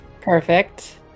Perfect